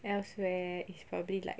elsewhere is probably like